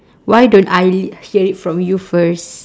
why don't I hear it from you first